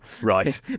Right